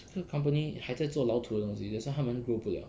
这个 company 还在做老土的东西 that's why 他们 roll 不了